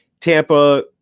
Tampa